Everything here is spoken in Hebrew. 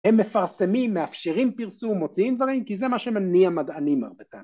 ‫הם מפרסמים, מאפשרים פרסום, ‫מוציאים דברים, ‫כי זה מה שמניע מדענים הרבה פעמים.